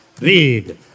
Read